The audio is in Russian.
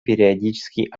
периодический